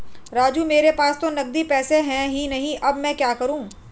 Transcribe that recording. राजू मेरे पास तो नगदी पैसे है ही नहीं अब मैं क्या करूं